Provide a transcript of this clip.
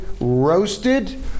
roasted